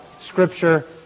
Scripture